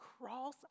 cross